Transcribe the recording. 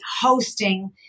hosting